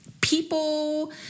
people